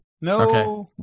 No